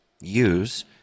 use